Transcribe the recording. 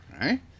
right